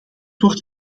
wordt